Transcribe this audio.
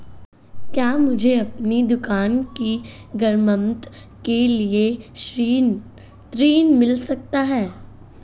क्या मुझे अपनी दुकान की मरम्मत के लिए ऋण मिल सकता है?